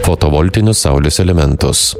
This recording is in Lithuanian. fotovoltinius saulės elementus